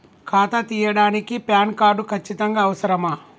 ఖాతా తీయడానికి PAN card ఖచ్చితంగా అవసరమా?